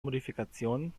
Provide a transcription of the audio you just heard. modifikationen